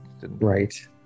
Right